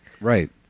Right